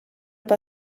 per